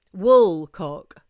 Woolcock